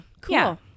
cool